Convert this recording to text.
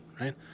right